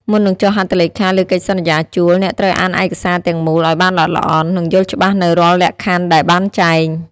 មុននឹងចុះហត្ថលេខាលើកិច្ចសន្យាជួល អ្នកត្រូវអានឯកសារទាំងមូលឱ្យបានល្អិតល្អន់ និងយល់ច្បាស់នូវរាល់លក្ខខណ្ឌដែលបានចែង។